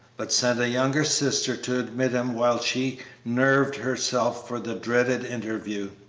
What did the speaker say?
but sent a younger sister to admit him while she nerved herself for the dreaded interview.